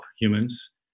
humans